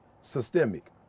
systemic